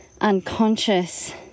unconscious